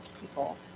people